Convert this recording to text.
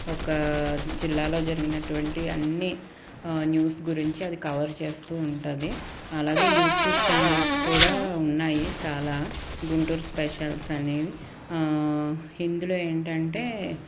ఒక జిల్లాలో జరిగినటువంటి అన్నీ న్యూస్ గురించి అది కవర్ చేస్తూ ఉంటుంది అలాగే యూట్యూబ్ ఛానల్స్ కూడా ఉన్నాయి చాలా గుంటూరు స్పెషల్స్ అనేవి ఇందులో ఏంటంటే